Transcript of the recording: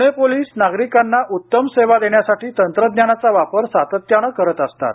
Pune police नागरिकांना उत्तम सेवा देण्यासाठी तंत्रज्ञानाचा वापर सातत्यानं करत असतात